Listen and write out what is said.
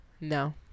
No